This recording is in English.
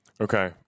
Okay